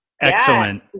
Excellent